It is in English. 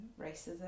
racism